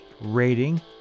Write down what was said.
Rating